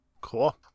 Cool